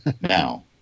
now